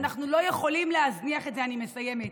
אנחנו לא יכולים להזניח את זה, אני מסיימת.